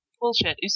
bullshit